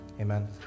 Amen